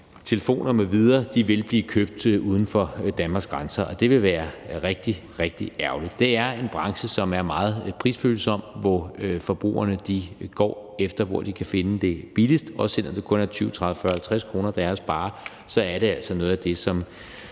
telefoner m.v. vil blive købt uden for Danmarks grænser, og det vil være rigtig, rigtig ærgerligt. Det er en branche, som er meget prisfølsom, fordi forbrugerne går efter, hvor de kan finde det billigst. Og selv om det kun er 20, 30, 40, 50 kr., der er at spare, er det altså noget af det,